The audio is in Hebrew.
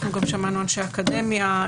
גם שמענו אנשי אקדמיה.